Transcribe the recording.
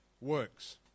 works